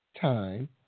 time